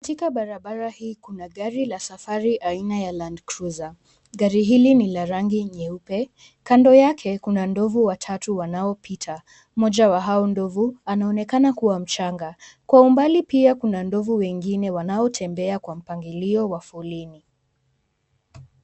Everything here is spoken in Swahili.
Katika barabara hii kuna gari la safari aina la Landcruiser. Gari hili ni la rangi nyeupe. Kando yake kuna ndovu watatu wanaopita. Mmoja wa hao ndovu anaonekana akiwa mchanga. Kwa umbali pia kuna ndovu wengine wanaotembea kwa mpangilio wa foleni.